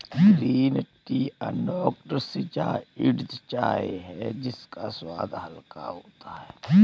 green tea unoxidised चाय है इसका स्वाद हल्का होता है